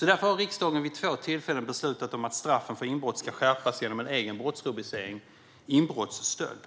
Därför har riksdagen vid två tillfällen beslutat om att straffen för inbrott ska skärpas genom en egen brottsrubricering, inbrottsstöld.